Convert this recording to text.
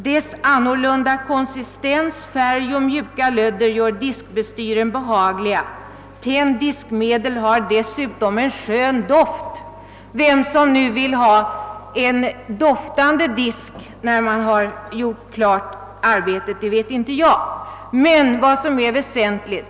Dess annorlunda konsistens, färg och mjuka lödder gör diskbestyren behagliga. Tend diskmedel har dessutom en skön doft.» Vem som vill ha en doftande disk vet inte jag.